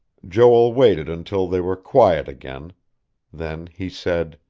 joel waited until they were quiet again then he said